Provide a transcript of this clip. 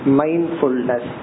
mindfulness